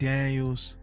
Daniels